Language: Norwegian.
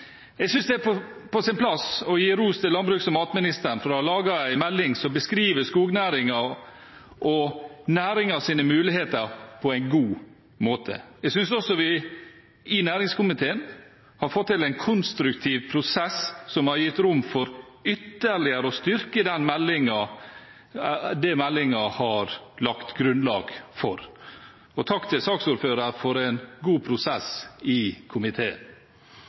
Jeg synes det er på sin plass å gi ros til landbruks- og matministeren for å ha laget en melding som beskriver skognæringen og næringens muligheter på en god måte. Jeg synes også vi i næringskomiteen har fått til en konstruktiv prosess som har gitt rom for ytterligere å styrke det meldingen har lagt grunnlag for. Takk til saksordføreren for en god prosess i komiteen.